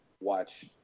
watch